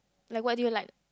like what do you like